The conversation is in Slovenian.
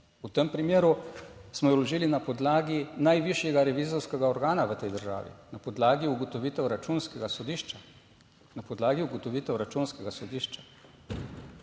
V tem primeru smo jo vložili na podlagi najvišjega revizorskega organa v tej državi, na podlagi ugotovitev Računskega sodišča.